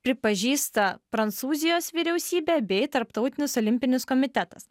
pripažįsta prancūzijos vyriausybė bei tarptautinis olimpinis komitetas